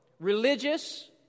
Religious